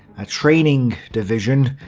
a training division,